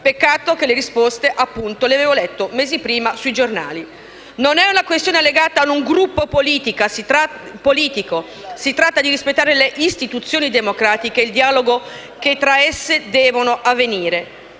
Peccato che le risposte, appunto, le avevo lette mesi prima sui giornali! Non è una questione legata ad un Gruppo politico, si tratta di rispettare le istituzioni democratiche e il dialogo che tra esse deve avvenire.